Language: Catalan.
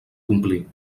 complir